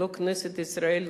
לא כנסת ישראל,